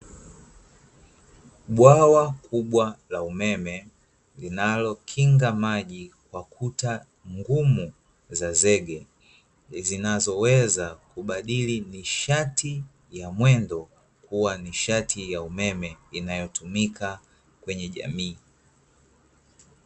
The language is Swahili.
Bwawa kubwa la umeme, linalokinga maji kwa kuta ngumu za zege, zinazoweza kubadili nishati ya mwendo, kuwa nishati ya umeme inayotumika katika jamii.